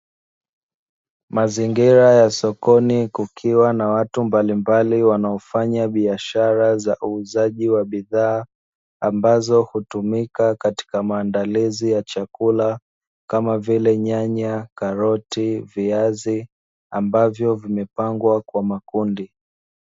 Mazingira ya sokoni kukiwa na watu mbalimbali wanaofanya biashara za uuzaji wa bidhaa, ambazo hutumika katika maandalizi ya chakula kama vile nyanya, karoti, viazi ambavyo vimepangwa kwa makundi.